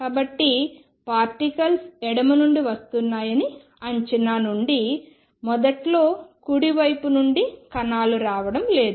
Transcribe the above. కాబట్టి పార్టికల్స్ ఎడమ నుండి వస్తున్నాయని అంచనా నుండి మొదట్లో కుడి వైపు నుండి కణాలు రావడం లేదు